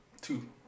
Two